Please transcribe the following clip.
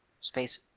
space